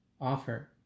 offer